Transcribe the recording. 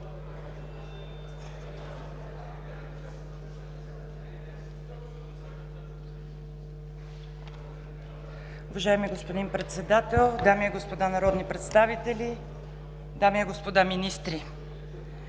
Уважаеми господин Председател, дами и господа народни представители, дами и господа министри!